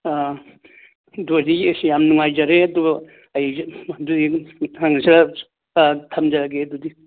ꯑꯥ ꯑꯗꯨ ꯑꯣꯏꯔꯗꯤ ꯑꯁ ꯌꯥꯝ ꯅꯨꯡꯉꯥꯏꯖꯔꯦ ꯑꯗꯨꯒ ꯑꯥ ꯊꯝꯖꯔꯒꯦ ꯑꯗꯨꯗꯤ